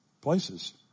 places